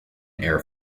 air